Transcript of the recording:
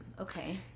Okay